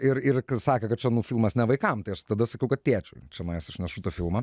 ir ir sakė kad čia nu filmas ne vaikam tai aš tada sakiau kad tėčiui čionais aš nešu tą filmą